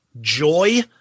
joy